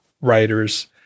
writers